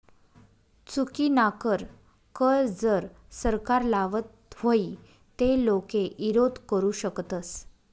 चुकीनाकर कर जर सरकार लावत व्हई ते लोके ईरोध करु शकतस